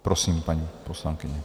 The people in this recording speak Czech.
Prosím, paní poslankyně.